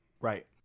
right